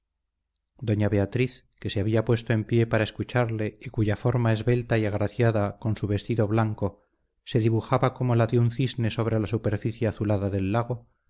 doña beatriz que se había puesto en pie para escucharle y cuya forma esbelta y agraciada con su vestido blanco se dibujaba como la de un cisne sobre la superficie azulada del lago